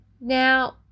Now